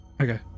Okay